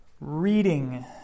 reading